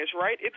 right